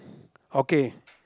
okay